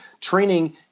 Training